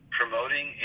promoting